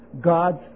God's